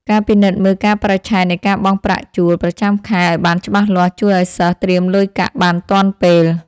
ការពិនិត្យមើលកាលបរិច្ឆេទនៃការបង់ប្រាក់ជួលប្រចាំខែឱ្យបានច្បាស់លាស់ជួយឱ្យសិស្សត្រៀមលុយកាក់បានទាន់ពេល។